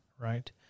right